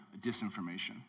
disinformation